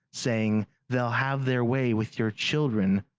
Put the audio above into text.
saying they'll have their way with your children,